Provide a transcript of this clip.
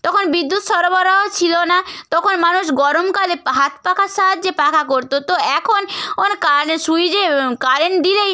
তখন বিদ্যুৎ সরবরাহ ছিল না তখন মানুষ গরমকালে পা হাত পাখার সাহায্যে পাখা করত তো এখন অন কার সুইচে কারেন্ট দিলেই